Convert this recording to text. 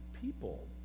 people